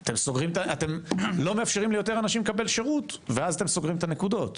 אתם לא מאפשרים ליותר אנשים לקבל שירות ואז סוגרים את הנקודות.